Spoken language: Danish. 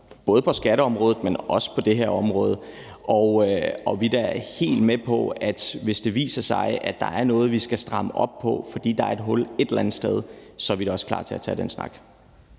både på skatteområdet, men også på det her område. Og hvis det viser sig, at der er noget, vi skal stramme op på, fordi der et eller andet sted er et hul, så er vi også helt med på og klar til at tage den snak.